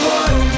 one